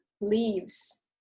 leaves